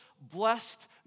blessed